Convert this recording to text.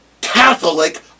Catholic